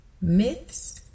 myths